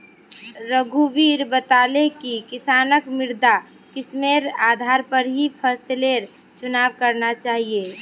रघुवीर बताले कि किसानक मृदा किस्मेर आधार पर ही फसलेर चुनाव करना चाहिए